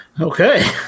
Okay